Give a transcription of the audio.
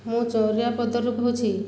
ମୁଁ ରୁ କହୁଛି